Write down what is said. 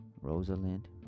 Rosalind